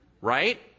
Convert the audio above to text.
right